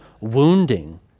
wounding